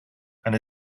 and